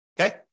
okay